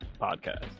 podcast